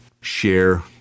share